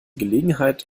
gelegenheit